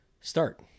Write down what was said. Start